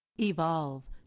Evolve